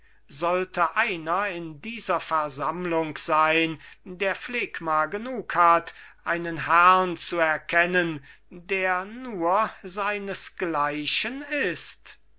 sollte einer in dieser versammlung sein der phlegma genug hat einen herrn zu erkennen der nur seinesgleichen ist